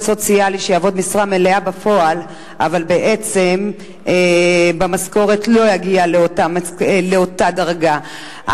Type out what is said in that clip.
סוציאלי שיעבוד משרה מלאה בפועל אבל במשכורת לא יגיע לאותה דרגה,